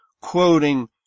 quoting